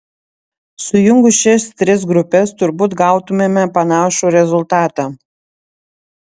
sujungus šias tris grupes turbūt gautumėme panašų rezultatą